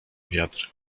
wiatr